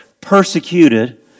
Persecuted